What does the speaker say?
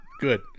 Good